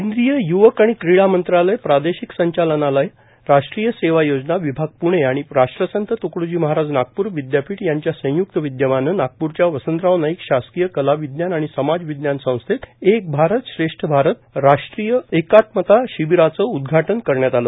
केंद्रीय य्वक आणि क्रिडा मंत्रालय प्रादेशिक संचालनालय राष्ट्रीय सेवा योजना विभाग प्णे आणि राष्ट्रसंत त्कडोजी महाराज नागप्र विद्यापीठ यांच्या संय्क्त विद्यमानं नागप्रच्या वसंतराव नाईक शासकीय कला विज्ञान आणि समाजविज्ञान संस्थेत राष्ट्रीय एकात्मता शिबिराचं उद्घाटन करण्यात आलं